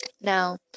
Now